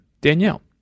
Danielle